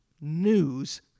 news